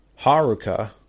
Haruka